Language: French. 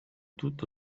toute